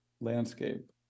Landscape